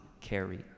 carry